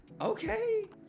Okay